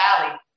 valley